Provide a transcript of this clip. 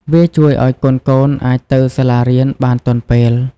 វាជួយឲ្យ កូនៗអាចទៅសាលារៀនបានទាន់ពេល។